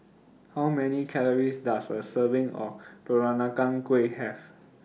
How Many Calories Does A Serving of Peranakan Kueh Have